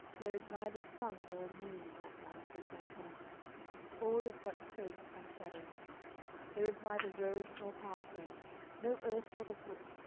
there is neither sun nor moon in that land whence i come all is but space and shadow there is neither road nor pathway no earth for the foot,